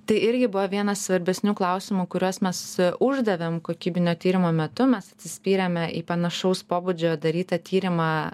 tai irgi buvo vienas svarbesnių klausimų kuriuos mes uždavėm kokybinio tyrimo metu mes atsispyrėme į panašaus pobūdžio darytą tyrimą